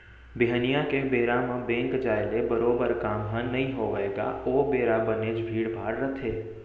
बिहनिया के बेरा म बेंक जाय ले बरोबर काम ह नइ होवय गा ओ बेरा बनेच भीड़ भाड़ रथे